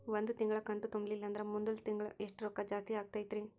ಒಂದು ತಿಂಗಳಾ ಕಂತು ತುಂಬಲಿಲ್ಲಂದ್ರ ಮುಂದಿನ ತಿಂಗಳಾ ಎಷ್ಟ ರೊಕ್ಕ ಜಾಸ್ತಿ ಆಗತೈತ್ರಿ?